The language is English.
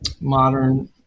modern